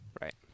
Right